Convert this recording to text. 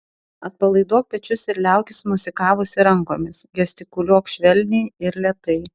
atpalaiduok pečius ir liaukis mosikavusi rankomis gestikuliuok švelniai ir lėtai